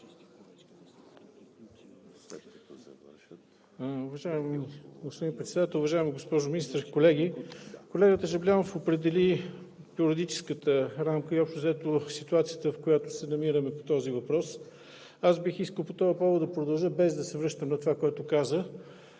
Уважаеми господин Председател, уважаема госпожо Министър, колеги! Колегата Жаблянов определи юридическата рамка и общо взето ситуацията, в която се намираме по този въпрос. Аз бих искал по този повод да продължа – без да се връщам на това, което каза,